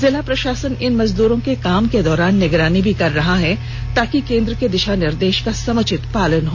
जिला प्रशासन इन मजदूरों के काम के दौरान निगरानी भी कर रहा है ताकि केंद्र के दिषा निर्देष का समुचित पालन हो